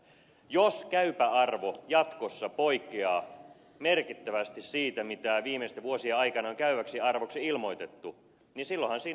jos käypä arvo jatkossa poikkeaa merkittävästi siitä mitä viimeisten vuosien aikana on käyväksi arvoksi ilmoitettu niin silloinhan siinä on ollut ero